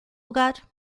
lugar